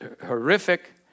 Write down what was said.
horrific